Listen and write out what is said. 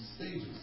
stages